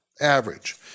average